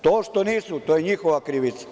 To što nisu, to je njihova krivica.